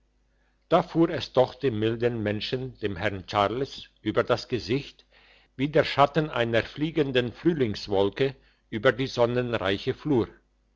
da fuhr es doch dem milden menschen dem herrn charles über das gesicht wie der schatten einer fliegenden frühlingswolke über die sonnenreiche flur